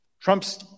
Trump's